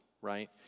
right